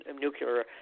nuclear